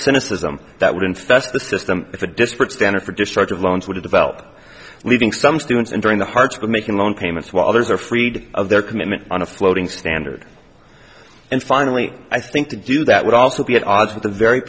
cynicism that would infest the system if a disparate standard for destructive loans were to develop leaving some students entering the hearts of making loan payments while others are freed of their commitment on a floating standard and finally i think to do that would also be at odds with the very